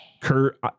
kurt